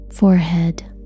Forehead